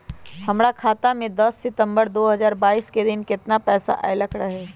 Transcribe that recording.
हमरा खाता में दस सितंबर दो हजार बाईस के दिन केतना पैसा अयलक रहे?